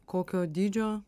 kokio dydžio